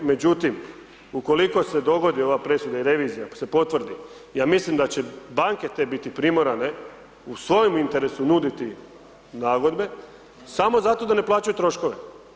Međutim, ukoliko se dogodi ova presuda i revizija, ako se potvrdi, ja mislim da će banke te biti primorane u svojem interesu nuditi nagodbe samo zato da ne plaćaju troškove.